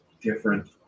different